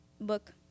Book